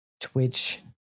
Twitch